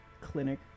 clinic